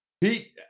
Pete